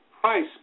price